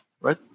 right